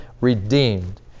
redeemed